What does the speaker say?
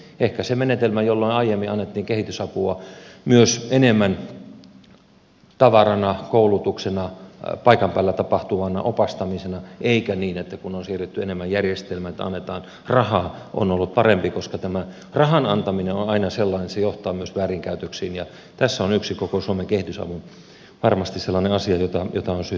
ehkä se menetelmä jolla aiemmin annettiin kehitysapua myös enemmän tavarana koulutuksena paikan päällä tapahtuvana opastamisena eikä niin että kun on siirrytty enemmän järjestelmään että annetaan rahaa on ollut parempi koska tämä rahan antaminen on aina sellainen että se johtaa myös väärinkäytöksiin ja tässä on yksi koko suomen kehitysavun varmasti sellainen asia jota on syytä tarkastella